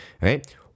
Right